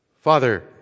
Father